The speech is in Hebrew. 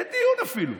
אין דיון אפילו.